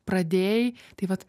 pradėjai tai vat